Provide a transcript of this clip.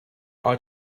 are